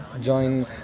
join